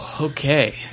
Okay